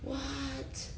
what